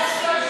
ראשונה.